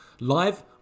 Live